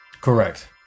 correct